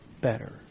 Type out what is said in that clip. better